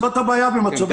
זאת הבעיה במצבי משבר.